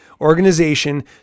organization